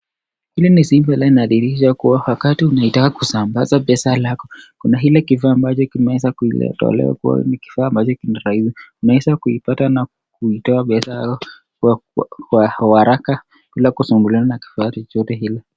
Hii inaonyesha picha ambayo wakati unataka kusambaza pesa kuna kile kifaa ambacho kimeweza kuleta. Ni kifaa ambacho unaeza kutoa pesa zako kwa urahisi na haraka bila kusumbuana.